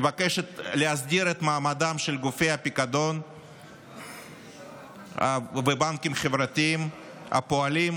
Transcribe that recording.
מבקשת להסדיר את מעמדם של גופי הפיקדון והבנקים החברתיים הפועלים,